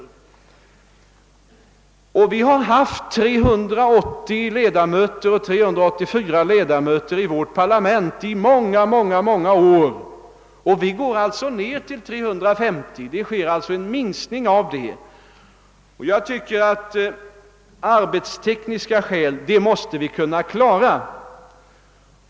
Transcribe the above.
Vi har i många, många år haft 380—384 ledamöter i vårt parlament. Nu går vi ned till 350, alltså en avsevärd minskning. De arbetstekniska svårigheterna måste vi kunna klara.